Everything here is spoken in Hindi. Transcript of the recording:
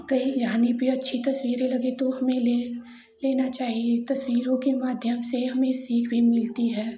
कहीं जहाँ भी अच्छी तस्वीरें लगे तो उसे ले लेना चाहिए तस्वीरों के माध्यम से हमें सीख भी मिलती है